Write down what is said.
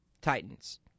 Titans